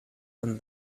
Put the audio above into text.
and